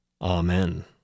Amen